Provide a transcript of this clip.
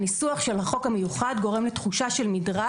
הניסוח של החוק המיוחד גורם לתחושה של מדרג